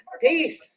Peace